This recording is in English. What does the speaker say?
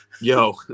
Yo